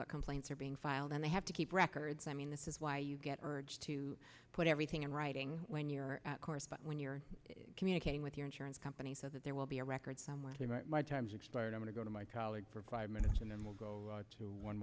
what complaints are being filed and they have to keep records i mean this is why you get urge to put everything in writing when you're course but when you're communicating with your insurance company so that there will be a record somewhere my time's expired i want to go to my colleague for five minutes and then we'll go to one